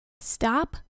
stop